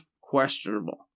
questionable